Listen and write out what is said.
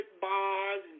Bars